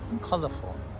colorful